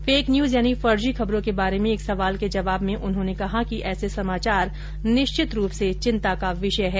fake news यानी फर्जी खबरों के बारे में एक सवाल के जवाब में उन्होंने कहा कि ऐसे समाचार निश्चित रूप से चिंता का विषय है